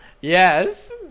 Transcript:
Yes